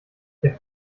der